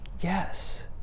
Yes